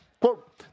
Quote